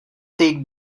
take